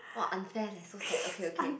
!wah! unfair leh so sad okay okay